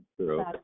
true